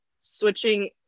switching